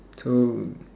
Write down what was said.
so